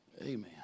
Amen